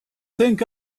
think